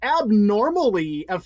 abnormally